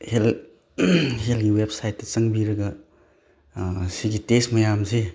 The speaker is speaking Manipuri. ꯍꯦꯜꯠ ꯍꯦꯜꯠꯒꯤ ꯋꯦꯞꯁꯥꯏꯠꯇ ꯆꯪꯕꯤꯔꯒ ꯁꯤꯒꯤ ꯇꯦꯁ ꯃꯌꯥꯝꯁꯦ